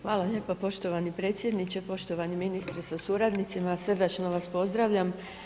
Hvala lijepa poštovani predsjedniče, poštovani ministre sa suradnicima, srdačno vas pozdravljam.